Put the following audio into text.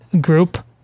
group